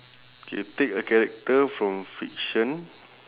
K take a character from fiction